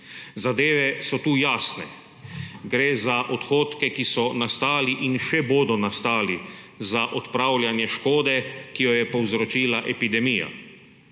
Zadeve so tu jasne. Gre za odhodke, ki so nastali in še bodo nastali za odpravljanje škode, ki jo je povzročila epidemija.